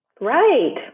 Right